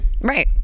Right